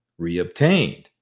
reobtained